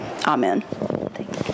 Amen